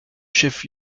chef